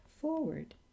forward